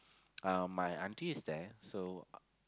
uh my aunty is there so